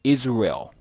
Israel